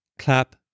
clap